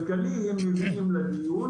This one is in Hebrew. כלכלי הם מביאים לדיון.